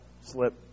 slip